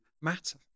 matter